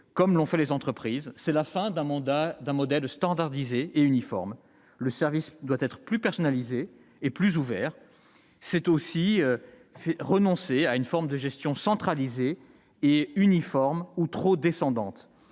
comme l'ont fait les entreprises. C'est donc la fin d'un modèle standardisé et uniforme. Le service public doit être plus personnalisé et plus ouvert et, à cette fin, renoncer à une forme de gestion centralisée, uniforme et descendante.